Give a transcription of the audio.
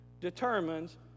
determines